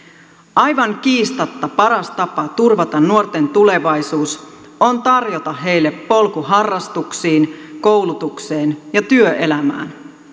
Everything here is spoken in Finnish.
aivan kiistatta paras tapa turvata nuorten tulevaisuus on tarjota heille polku harrastuksiin koulutukseen ja työelämään